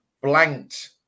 blanked